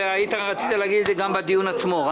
רצית להגיד את זה גם בדיון עצמו.